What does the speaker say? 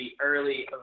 early